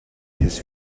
his